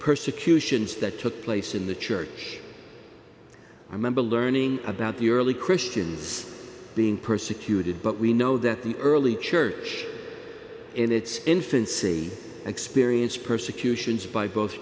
persecutions that took place in the church i remember learning about the early christians being persecuted but we know that the early church in its infancy experienced persecutions by both